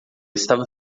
estava